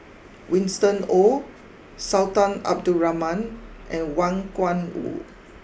Winston Oh Sultan Abdul Rahman and Wang Gungwu